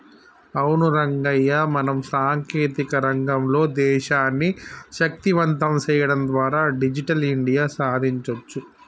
అవును రంగయ్య మనం సాంకేతిక రంగంలో దేశాన్ని శక్తివంతం సేయడం ద్వారా డిజిటల్ ఇండియా సాదించొచ్చు